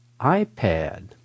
iPad